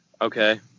Okay